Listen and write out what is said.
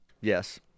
yes